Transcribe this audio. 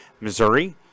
Missouri